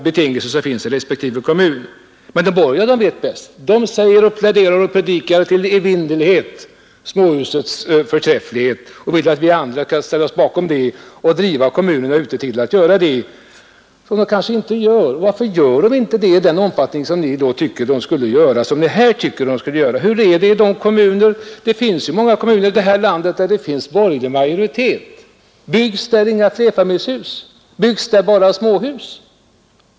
Men borgarna vet bäst! De pläderar och predikar i oändlighet om smäåhusens förträfflighet och vill att vi andra skall ställa oss bakom det och driva kommunerna till att göra det som de kanske inte gör. Men varför gör kommunerna inte det i den omfattning som ni kanske tycker att de skulle göra? Det finns många kommuner här i landet med borgerlig majoritet. Byggs där inga flerfamiljshus, utan bara småhus?